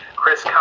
Chris